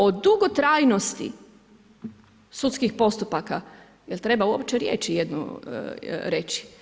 O dugotrajnosti sudskih postupaka, je li treba uopće riječ jednu rije?